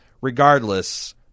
Regardless